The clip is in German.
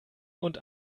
und